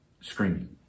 screaming